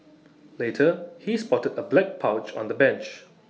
later he spotted A black pouch on the bench